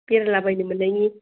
बेरायला बायनो मोननायनि